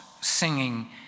singing